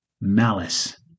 malice